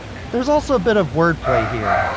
there's also a bit of wordplay here.